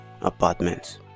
apartments